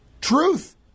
truth